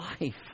life